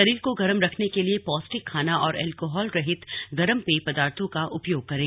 शरीर को गरम रखने के लिए पौष्टिक खाना और अल्कोहलरहित गरम पेय पदार्थो का उपयोग करें